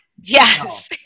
Yes